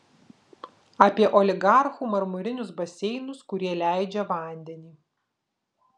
apie oligarchų marmurinius baseinus kurie leidžia vandenį